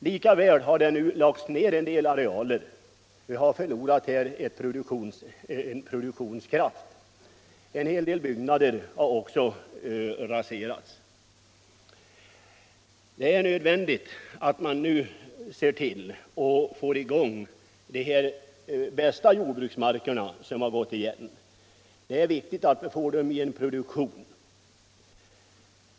Likväl har en del arealer lagts ner, och vi har därmed förlorat en del av produktionen. En hel del byggnader har också raserats. Det är nödvändigt att nu se till att de bästa av de igenlagda jordbruksmarkerna kommer in i produktionen igen.